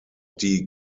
die